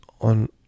on